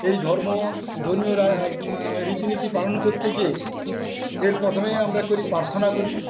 এই ধর্ম ধর্মীয় রীতিনীতি পালন করতে গিয়ে এই প্রথমে আমরা করি প্রার্থনা করি